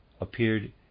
appeared